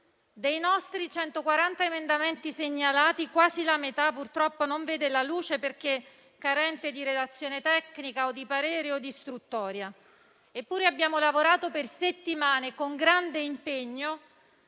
dei nostri 140 emendamenti segnalati, quasi la metà purtroppo non vede la luce perché carente di relazione tecnica o di parere o di istruttoria. Eppure abbiamo lavorato per settimane, con grande impegno,